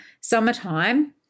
summertime